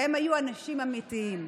והם היו אנשים אמיתיים.